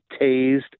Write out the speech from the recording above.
tased